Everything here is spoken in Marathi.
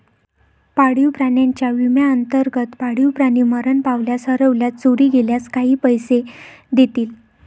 पाळीव प्राण्यांच्या विम्याअंतर्गत, पाळीव प्राणी मरण पावल्यास, हरवल्यास, चोरी गेल्यास काही पैसे देतील